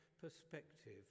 perspective